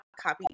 copy